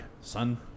son